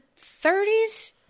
30s